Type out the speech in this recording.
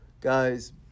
guys